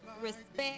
respect